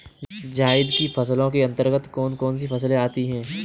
जायद की फसलों के अंतर्गत कौन कौन सी फसलें आती हैं?